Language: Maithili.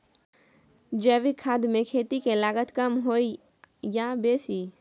जैविक खाद मे खेती के लागत कम होय ये आ बेसी?